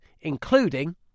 including